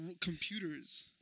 computers